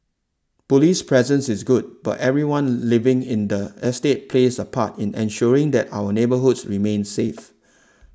police presence is good but everyone living in the estate plays a part in ensuring that our neighbourhoods remain safe